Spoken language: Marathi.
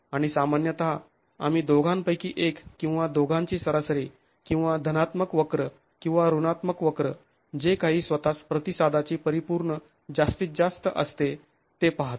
आणि सामान्यतः आम्ही दोघांपैकी एक किंवा दोघांची सरासरी किंवा धनात्मक वक्र किंवा ऋणात्मक वक्र जे काही स्वतःस प्रतिसादाची परिपूर्ण जास्तीत जास्त असते ते पाहतो